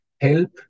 help